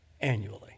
annually